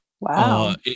Wow